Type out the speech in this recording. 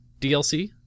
DLC